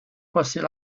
passait